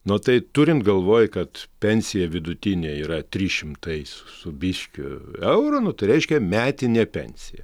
nu tai turint galvoj kad pensija vidutinė yra trys šimta su biškiu eurų nu tai reiškia metinė pensija